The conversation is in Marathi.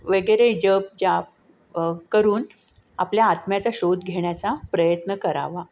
वगैरे जपजाप करून आपल्या आत्म्याचा शोध घेण्याचा प्रयत्न करावा